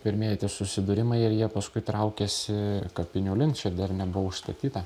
pirmieji susidūrimai ir jie paskui traukiasi kapinių link čia dar nebuvo užstatyta